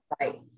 Right